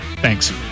Thanks